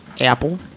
apple